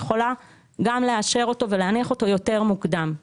היא יכולה גם לאשר אותו ולהניח אותו יותר מוקדם.